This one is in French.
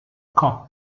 camp